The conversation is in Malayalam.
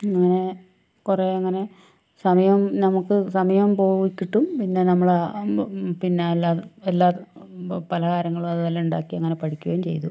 അങ്ങനെ കുറേയങ്ങനെ സമയവും നമുക്ക് സമയവും പോയിക്കിട്ടും പിന്നെ നമ്മളെ പിന്നെ അല്ലാതെ എല്ലാ പലഹാരങ്ങളും അതുപോലെ ഉണ്ടാക്കി അങ്ങനെ പഠിക്കുകയും ചെയ്തു